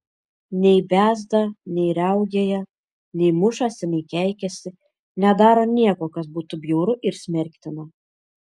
nei bezda nei riaugėja nei mušasi nei keikiasi nedaro nieko kas būtų bjauru ir smerktina